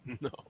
no